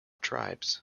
tribes